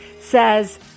says